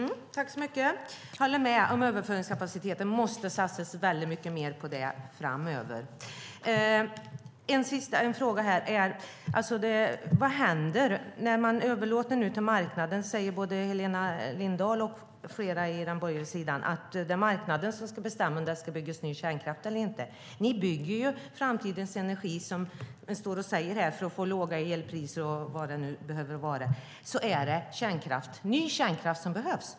Herr talman! Jag håller med om att det måste satsas väldigt mycket mer på överföringskapaciteten framöver. En fråga är: Vad händer när man överlåter beslutet på marknaden? Både Helena Lindahl och flera på den borgerliga sidan säger att det är marknaden som ska bestämma om det ska byggas ny kärnkraft eller inte. Ni bygger ju framtidens energi, som ni säger här, för att få låga elpriser och vad det nu behöver vara och att det då är ny kärnkraft som behövs.